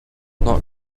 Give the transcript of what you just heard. not